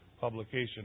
publication